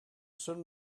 sun